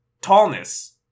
tallness